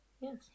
Yes